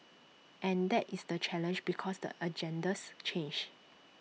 and that is the challenge because the agendas change